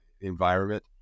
environment